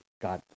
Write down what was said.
God